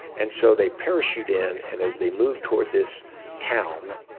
and so they parachute in, and as they move toward this town,